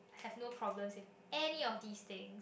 have no problems in any of these things